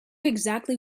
exactly